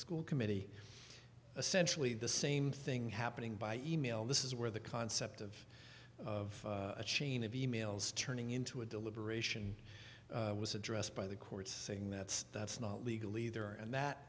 school committee essentially the same thing happening by e mail this is where the concept of of a chain of e mails turning into a deliberation was addressed by the courts saying that's that's not legal either and that